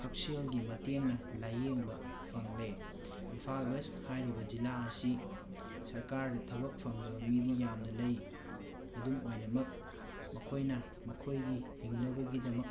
ꯍꯛꯁꯦꯜꯒꯤ ꯃꯇꯦꯡꯅ ꯂꯥꯏꯌꯦꯡꯕ ꯐꯪꯂꯦ ꯏꯝꯐꯥꯜ ꯋꯦꯁ ꯍꯥꯏꯔꯤꯕ ꯖꯤꯂꯥ ꯑꯁꯤ ꯁꯔꯀꯥꯔꯒꯤ ꯊꯕꯛ ꯐꯪꯗꯕ ꯃꯤꯗꯤ ꯌꯥꯝꯅ ꯂꯩ ꯑꯗꯨꯝ ꯑꯣꯏꯅꯃꯛ ꯃꯈꯣꯏꯅ ꯃꯈꯣꯏꯒꯤ ꯍꯤꯡꯅꯕꯒꯤꯗꯃꯛ